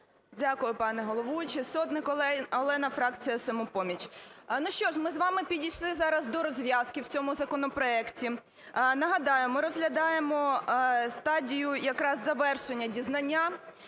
Дякую, пане головуючий. Сотник Олена, фракція "Самопоміч". Ну що ж, ми з вами підійшли зараз до розв'язки в цьому законопроекті. Нагадаю, ми розглядаємо стадію якраз завершення дізнання.